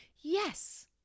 yes